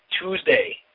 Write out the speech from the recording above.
Tuesday